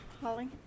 Holly